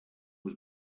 was